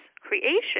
creation